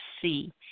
see